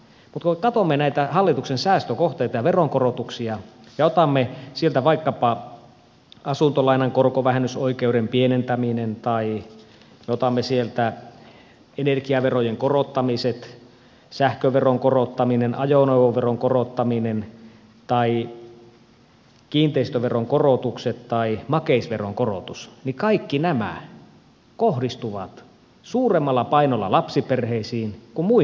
mutta kun me katsomme näitä hallituksen säästökohteita ja veronkorotuksia ja otamme sieltä vaikkapa asuntolainan korkovähennysoikeuden pienentämisen tai energiaverojen korottamiset sähköveron korottamisen ajoneuvoveron korottamisen kiinteistöveron korotukset tai makeisveron korotuksen niin kaikki nämä kohdistuvat lapsiperheisiin suuremmalla painolla kuin muihin talouksiin